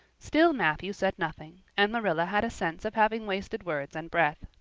still matthew said nothing and marilla had a sense of having wasted words and breath.